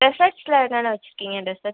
டெசர்ட்ஸில் என்னென்ன வச்சுருக்கிங்க டெசர்ட்ஸ்